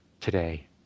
today